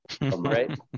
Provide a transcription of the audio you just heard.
Right